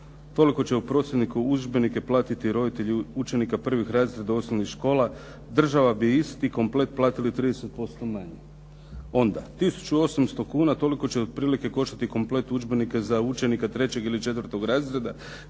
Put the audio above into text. toliko će u prosjeku udžbenike platiti roditelji učenika prvih razreda osnovnih škola. Država bi isti komplet platila 30% manje. Onda, tisuću 800 kuna toliko će otprilike koštati komplet udžbenika za učenika trećeg ili četvrtog razreda,